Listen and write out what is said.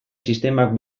sistemak